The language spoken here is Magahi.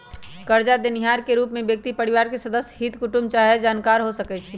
करजा देनिहार के रूप में व्यक्ति परिवार के सदस्य, हित कुटूम चाहे जानकार हो सकइ छइ